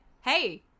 hey